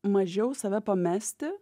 mažiau save pamesti